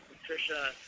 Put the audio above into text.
Patricia